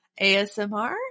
ASMR